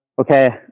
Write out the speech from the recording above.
okay